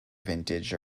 vintage